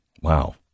Wow